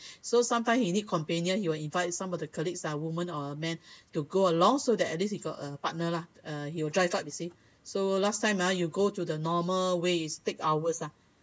so sometimes he need companion he will invite some of the colleagues ah women or men to go along so that at least you got a partner lah uh he will drive up you see so last time ah you go to the normal ways take hours ah